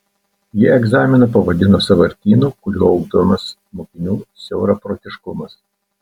ji egzaminą pavadino sąvartynu kuriuo ugdomas mokinių siauraprotiškumas